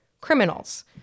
criminals